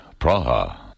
Praha